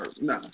No